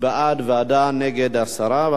בעד ועדה, נגד, הסרה.